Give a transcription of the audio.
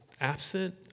absent